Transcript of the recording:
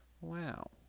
Wow